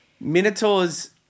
Minotaurs